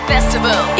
Festival